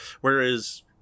Whereas